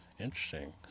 Interesting